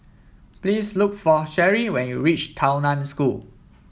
please look for Sherri when you reach Tao Nan School